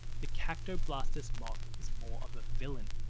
the cactoblastis moth is more of a villain.